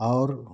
और